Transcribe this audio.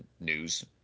news